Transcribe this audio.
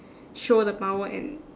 show the power and